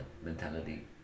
mentality